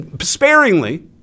sparingly